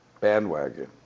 bandwagon